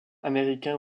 américains